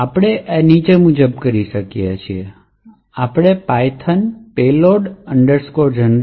આપણે આ નીચે મુજબ કરીએ છીએ તેથી આપણે પાયથોન payload generator